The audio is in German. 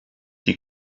die